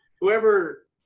whoever